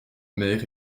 mère